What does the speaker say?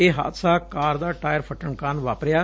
ਇਹ ਹਾਦਸਾ ਕਾਰ ਦਾ ਟਾਇਰ ਫਟਣ ਕਾਰਨ ਵਾਪਰਿਆ